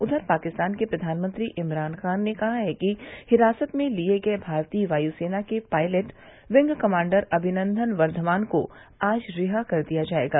उधर पाकिस्तान के प्रधानमंत्री इमरान खान ने कहा है कि हिरासत में लिये गये भारतीय वायुसेना के pilot wing commander Abhinandan Varthaman को आज रिहा कर दिया जायेगा